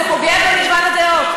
זה פוגע במגוון הדעות.